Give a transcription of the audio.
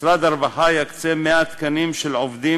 משרד הרווחה יקצה 100 תקנים של עובדים